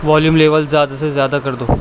volume level زیادہ سے زیادہ کر دو